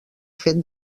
fet